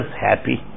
happy